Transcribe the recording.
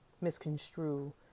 misconstrue